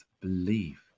believe